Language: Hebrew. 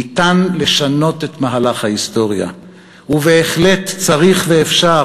ניתן לשנות את מהלך ההיסטוריה ובהחלט צריך ואפשר